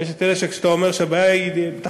ויש אלה שכשאתה אומר שהבעיה היא תחבורה,